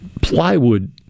plywood